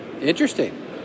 Interesting